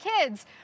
kids